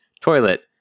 toilet